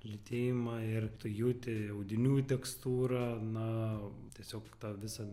lytėjimą ir jauti audinių tekstūrą na tiesiog tą visą